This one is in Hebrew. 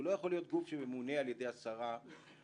הוא לא יכול להיות גוף שממונה על-ידי השרה וכו'.